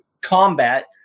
combat